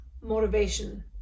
motivation